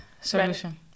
solution